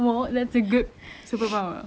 that's a good superpower